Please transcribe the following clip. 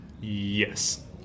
Yes